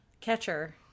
catcher